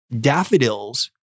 daffodils